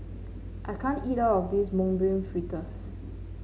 I can't eat all of this Mung Bean Fritters